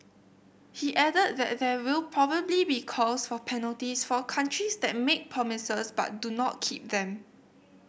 he added that there will probably be calls for penalties for countries that make promises but do not keep them